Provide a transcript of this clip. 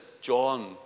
John